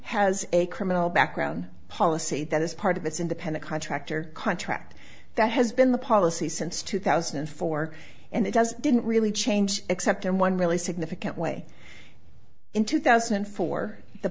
has a criminal background policy that is part of this independent contractor contract that has been the policy since two thousand and four and it does didn't really change except in one really significant way in two thousand and four the